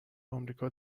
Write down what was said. آمریکا